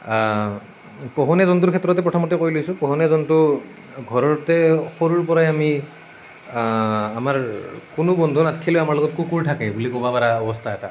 পোহনীয়া জন্তুৰ ক্ষেত্ৰতে প্ৰথমতে কৈ লৈছোঁ পোহনীয়া জন্তু ঘৰতে সৰুৰ পৰাই আমি আমাৰ কোনো বন্ধু নাথাকিলেও আমাৰ লগত কুকুৰ থাকে বুলি ক'ব পৰা অৱস্থা এটা